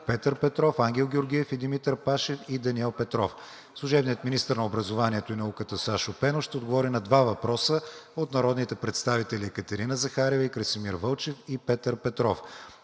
Петър Петров, Ангел Георгиев, Димитър Пашев и Даниел Петров; - служебният министър на образованието и науката Сашо Пенов ще отговори на два въпроса от народните представители Екатерина Захариева и Красимир Вълчев; и Петър Петров;